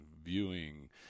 viewing